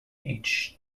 each